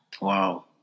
Wow